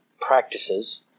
practices